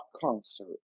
concert